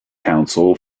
council